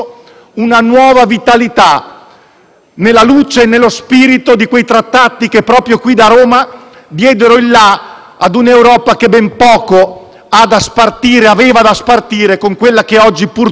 nella luce e nello spirito di quei Trattati che proprio qui da Roma diedero il "la" a un'Europa che ben poco aveva da spartire con quella che purtroppo oggi abbiamo